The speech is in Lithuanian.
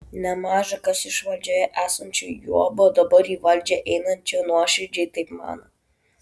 nemaža kas iš valdžioje esančių juoba dabar į valdžią einančių nuoširdžiai taip mano